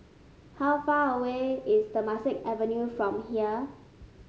how far away is Temasek Avenue from here